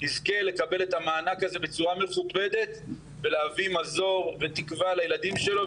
יזכה לקבל את המענק הזה בצורה מכובדת ולהביא מזור ותקווה לילדים שלו,